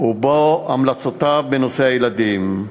ובו המלצותיו בנושא הילדים.